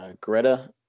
Greta